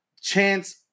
Chance